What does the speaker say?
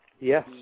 Yes